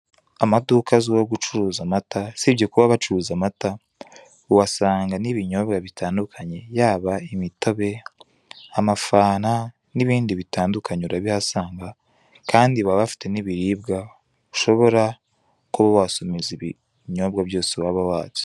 Amaduka azwiho gucuruza amata usibye kuba bacuruza amata uhasanga n'ibinyobwa bitandukanye. Yaba imitobe, amafanta, n'ibindi bitandukanye urabihasanga kandi baba bafite n'ibiribwa, ushobora kuba wasomeza n'ibinyobwa byose waba watse.